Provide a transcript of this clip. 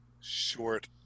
short